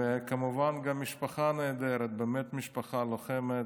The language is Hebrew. וכמובן, גם משפחה נהדרת, באמת משפחה לוחמת.